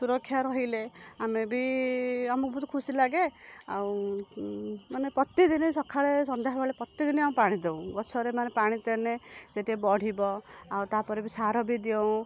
ସୁରକ୍ଷା ରହିଲେ ଆମେ ବି ଆମକୁ ବହୁତ ଖୁସି ଲାଗେ ଆଉ ମାନେ ପ୍ରତିଦିନି ସଖାଳେ ସନ୍ଧ୍ୟାବେଳେ ପ୍ରତିଦିନି ଆମେ ପାଣି ଦେଉ ଗଛରେ ମାନେ ପାଣି ଦେନେ ସେ ଟିକେ ବଢ଼ିବ ଆଉ ତାପରେ ବି ସାର ବି ଦେଉଁ